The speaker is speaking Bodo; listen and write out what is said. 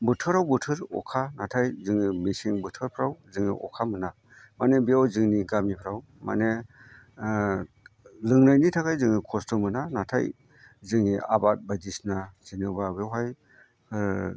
बोथोराव बोथोर अखा नाथाय जोङो मेसें बोथोरफ्राव जोङो अखा मोना माने बेयाव जोंनि गामिफ्राव माने लोंनायनि थाखाय जोङो खस्थ' मोना नाथाय जोंनि आबाद बायदिसिना जेनेबा बेवहाय